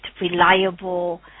reliable